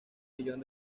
millón